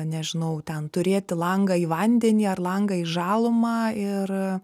nežinau ten turėti langą į vandenį ar langą į žalumą ir